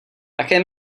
také